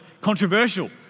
controversial